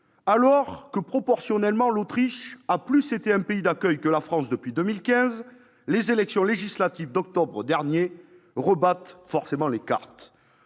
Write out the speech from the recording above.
Alors que, proportionnellement, l'Autriche a davantage été un pays d'accueil que la France depuis 2015, les élections législatives d'octobre dernier rebattent forcément les cartes.